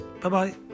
Bye-bye